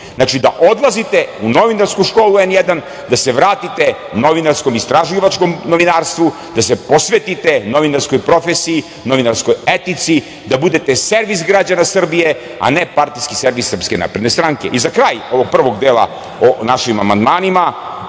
Znači, da odlazite u novinarsku školu N1, da se vratite novinarskom istraživačkom novinarstvu, da se posvetite novinarskoj profesiji, novinarskoj etici, da budete servis građana Srbije, a ne partijski servis SNS.Za kraj ovog prvog dela o našim amandmanima,